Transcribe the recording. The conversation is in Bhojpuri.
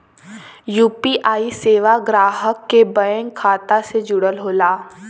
यू.पी.आई सेवा ग्राहक के बैंक खाता से जुड़ल होला